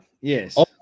Yes